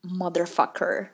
motherfucker